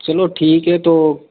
चलो ठीक है तो